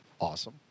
awesome